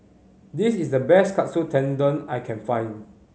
this is the best Katsu Tendon I can find